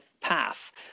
path